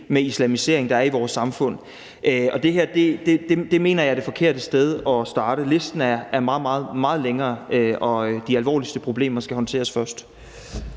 med islamisering, der er i vores samfund. Det her mener jeg er det forkerte sted at starte. Listen er meget, meget længere, og de alvorligste problemer skal håndteres først.